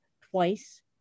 twice